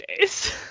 days